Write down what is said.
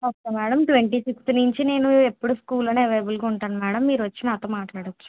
okay madam twenty fifth నుంచి నేను ఎప్పుడు స్కూల్లోనే అవైలబుల్గా ఉంటాను మేడం మీరు వచ్చి నాతో మాట్లాడవచ్చు